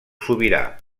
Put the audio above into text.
sobirà